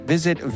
Visit